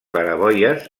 claraboies